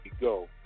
go